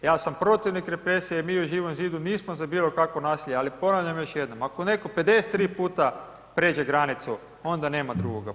Ja sam protivnik represije i mi u Živom zidu nismo za bilo kakvo nasilje ali ponavljam još jednom, ako netko 53 puta pređe granicu onda nema drugoga puta.